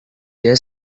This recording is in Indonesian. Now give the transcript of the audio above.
dia